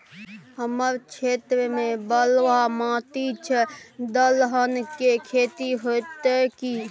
हमर क्षेत्र में बलुआ माटी छै, दलहन के खेती होतै कि?